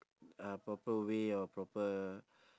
uh proper way or proper